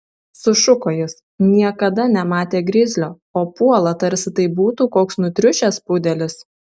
sušuko jis niekada nematė grizlio o puola tarsi tai būtų koks nutriušęs pudelis